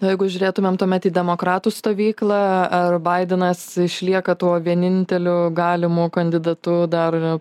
o jeigu žiūrėtumėm tuomet į demokratų stovyklą ar baidenas išlieka tuo vieninteliu galimu kandidatu dar